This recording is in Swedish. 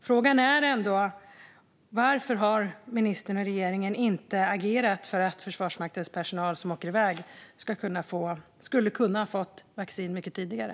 Frågan är varför ministern och regeringen inte har agerat för att Försvarsmaktens personal som åker iväg skulle kunna ha fått vaccin mycket tidigare.